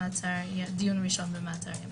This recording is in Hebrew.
דיון ראשון במעצר ימים.